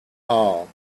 all